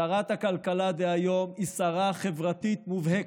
שרת הכלכלה דהיום היא שרה חברתית מובהקת,